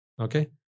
Okay